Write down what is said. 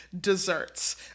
desserts